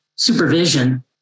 supervision